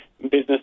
business